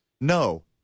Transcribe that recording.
No